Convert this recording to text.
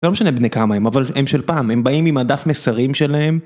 לא משנה בני כמה הם, אבל הם של פעם, הם באים עם הדף מסרים שלהם